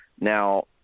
Now